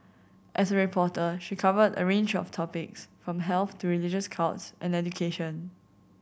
as a reporter she covered a range of topics from health to religious cults and education